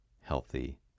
healthy